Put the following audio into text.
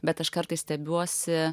bet aš kartais stebiuosi